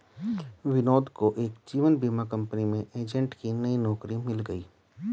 विनोद को एक जीवन बीमा कंपनी में एजेंट की नई नौकरी मिल गयी